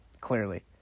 clearly